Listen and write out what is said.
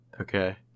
Okay